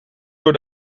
door